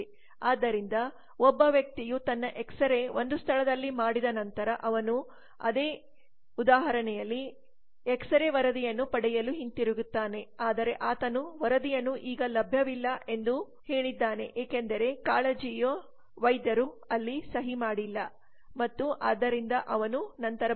ಆದ್ದರಿಂದ ಒಬ್ಬ ವ್ಯಕ್ತಿಯು ತನ್ನ ಎಕ್ಸರೆ ಒಂದು ಸ್ಥಳದಲ್ಲಿ ಮಾಡಿದ ನಂತರ ಅವನು ಅದೇ ಉದಾಹರಣೆಯಲ್ಲಿ ಎಕ್ಸರೆ ವರದಿಯನ್ನು ಪಡೆಯಲು ಹಿಂತಿರುಗುತ್ತಾನೆ ಆದರೆ ಆತನು ವರದಿಯನ್ನು ಈಗ ಲಭ್ಯವಿಲ್ಲ ಎಂದು ಹೇಳಿದ್ದಾನೆ ಏಕೆಂದರೆ ಕಾಳಜಿಯ ವೈದ್ಯರು ಅಲ್ಲಿ ಸಹಿ ಮಾಡಿಲ್ಲ ಮತ್ತು ಆದ್ದರಿಂದ ಅವನು ನಂತರ ಬರಬೇಕು